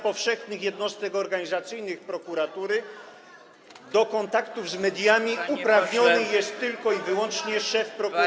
powszechnych jednostek organizacyjnych prokuratury do kontaktów z mediami uprawniony jest tylko i wyłącznie szef prokuratury.